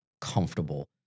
comfortable